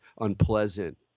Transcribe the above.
unpleasant